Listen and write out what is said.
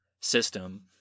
system